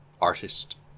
artist